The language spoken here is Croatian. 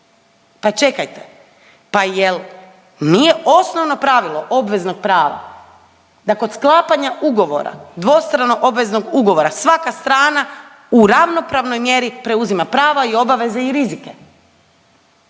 Pa čekajte, pa je l' nije osnovno pravilo obveznog prava da kod sklapanja ugovora, dvostrano obveznog ugovora, svaka strana u ravnopravnoj mjeri preuzima prava i obaveze i rizike,